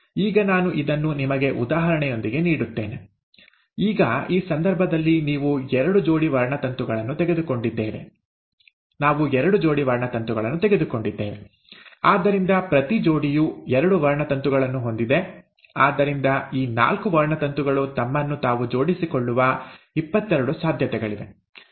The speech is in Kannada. ಈಗ ನಾನು ಇದನ್ನು ನಿಮಗೆ ಉದಾಹರಣೆಯೊಂದಿಗೆ ನೀಡುತ್ತೇನೆ ಈಗ ಈ ಸಂದರ್ಭದಲ್ಲಿ ನಾವು ಎರಡು ಜೋಡಿ ವರ್ಣತಂತುಗಳನ್ನು ತೆಗೆದುಕೊಂಡಿದ್ದೇವೆ ಆದ್ದರಿಂದ ಪ್ರತಿ ಜೋಡಿಯು ಎರಡು ವರ್ಣತಂತುಗಳನ್ನು ಹೊಂದಿದೆ ಆದ್ದರಿಂದ ಈ ನಾಲ್ಕು ವರ್ಣತಂತುಗಳು ತಮ್ಮನ್ನು ತಾವು ಜೋಡಿಸಿಕೊಳ್ಳುವ 22 ಸಾಧ್ಯತೆಗಳಿವೆ